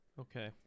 Okay